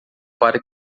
para